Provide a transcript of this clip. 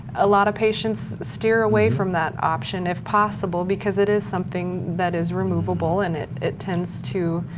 a lot of patients steer away from that option if possible because it is something that is removable and it it tend to